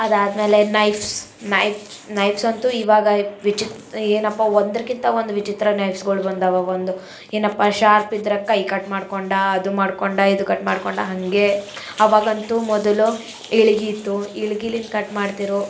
ಅದಾದಮೇಲೆ knives knife knives ಅಂತೂ ಇವಾಗ ವಿಚಿತ್ ಏನಪ್ಪ ಒಂದಕ್ಕಿಂತ ಒಂದು ವಿಚಿತ್ರ ನೈಫ್ಸ್ಗಳು ಬಂದವೆ ಒಂದು ಏನಪ್ಪ ಶಾರ್ಪ್ ಇದ್ರೆ ಕೈ ಕಟ್ ಮಾಡ್ಕೊಂಡು ಅದು ಮಾಡ್ಕೊಂಡು ಇದು ಕಟ್ ಮಾಡ್ಕೊಂಡು ಹಾಗೇ ಅವಾಗಂತೂ ಮೊದಲು ಇಳ್ಗೆ ಇತ್ತು ಇಳ್ಗಿಲಿಂದ ಕಟ್ ಮಾಡ್ತಿದ್ರು